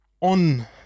on